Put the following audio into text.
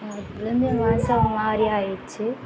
அப்போல்லயிருந்து என் மனசு ஒரு மாரியாக ஆயிர்ச்சு